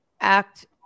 act